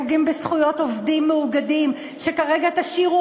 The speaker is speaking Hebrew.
פוגעים בזכויות עובדים מאוגדים שכרגע תשאירו